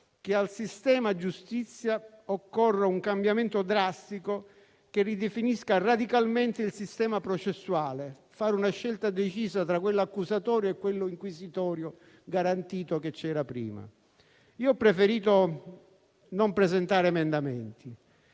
che al sistema giustizia occorra un cambiamento drastico, che ridefinisca radicalmente il sistema processuale: fare una scelta decisa tra quello accusatorio e quello inquisitorio garantito che c'era prima. Ho preferito non presentare emendamenti,